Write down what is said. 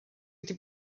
wedi